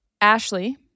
Ashley